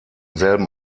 selben